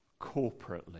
corporately